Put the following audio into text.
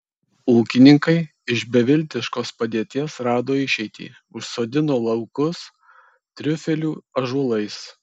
ūkininkai iš beviltiškos padėties rado išeitį užsodino laukus triufelių ąžuolais